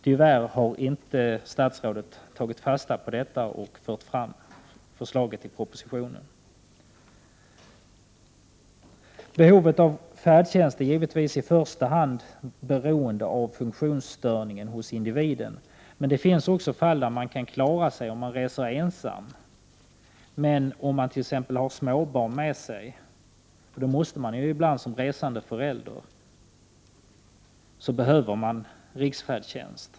Tyvärr har inte statsrådet tagit fasta på detta och fört fram förslaget i propositionen. Behovet av färdtjänst är givetvis i första hand beroende av funktionsstörningen hos individen, men det finns också fall där det går att klara sig om man reser ensam. Har däremot t.ex. en resande förälder småbarn med sig behöver föräldern riksfärdtjänst.